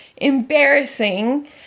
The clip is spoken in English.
embarrassing